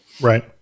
Right